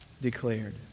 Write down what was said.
declared